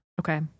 Okay